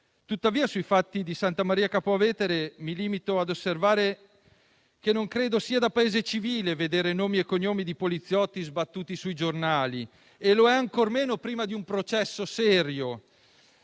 Tuttavia, sui fatti di Santa Maria Capua Vetere mi limito a osservare che non credo sia da Paese civile vedere nomi e cognomi di poliziotti sbattuti sui giornali, ancor meno prima di un processo serio.